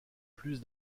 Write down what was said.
plus